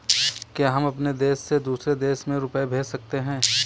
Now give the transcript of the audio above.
क्या हम अपने देश से दूसरे देश में रुपये भेज सकते हैं?